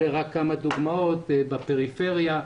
אלה רק דוגמאות בפריפריה.